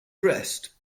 dressed